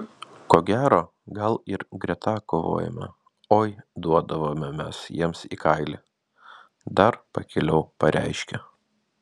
ko gero gal ir greta kovojome oi duodavome mes jiems į kailį dar pakiliau pareiškė